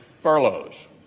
furloughs